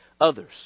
others